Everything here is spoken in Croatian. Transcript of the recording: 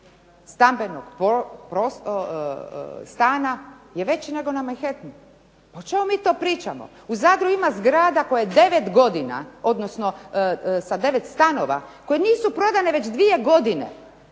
stambenog stana je veći nego na Manhattanu, o čemu mi to pričamo. U Zadru ima zgrada koje 9 godina, odnosno sa 9 stanova koje nisu prodane već dvije godine,